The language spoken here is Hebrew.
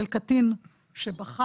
של קטין שבחר,